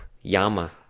Yama